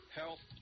health